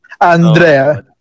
Andrea